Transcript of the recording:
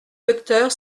docteur